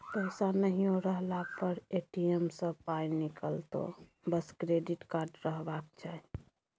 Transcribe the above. पैसा नहियो रहला पर ए.टी.एम सँ पाय निकलतौ बस क्रेडिट कार्ड रहबाक चाही